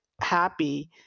happy